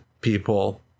people